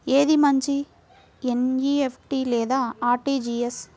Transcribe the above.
ఏది మంచి ఎన్.ఈ.ఎఫ్.టీ లేదా అర్.టీ.జీ.ఎస్?